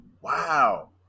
Wow